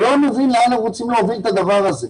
אני לא מבין לאן רוצים להוביל את הדבר הזה.